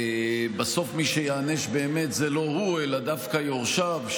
בסוף מי שייענש באמת זה לא הוא אלא דווקא יורשיו,